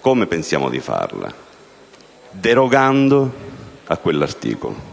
come pensiamo di farlo? Derogando a quell'articolo,